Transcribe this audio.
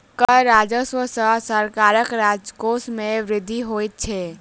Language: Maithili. कर राजस्व सॅ सरकारक राजकोश मे वृद्धि होइत छै